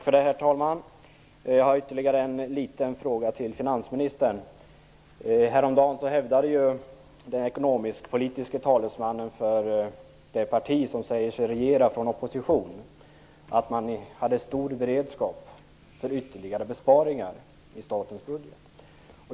Herr talman! Jag har en liten fråga till finansministern. Häromdagen hävdade den ekonomisk-politiska talesmannen för det parti som säger sig regera från opposition att man hade stor beredskap för ytterligare besparingar i statens budget.